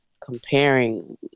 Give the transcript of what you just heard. comparing